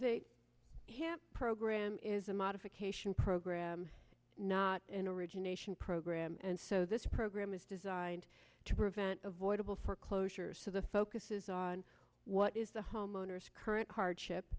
e program is a modification program not an origination program and so this program is designed to prevent avoidable foreclosures so the focus is on what is the homeowners current hardship